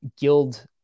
guild